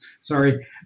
sorry